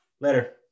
later